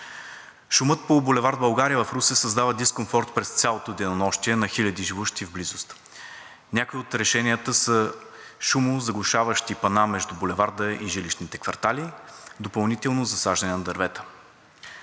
Шумът по булевард „България“ в Русе създава дискомфорт през цялото денонощие на хилядите живущи в близост. Някои от решенията са шумозаглушителни пана между булеварда и жилищните квартали, допълнително засаждане на дървета.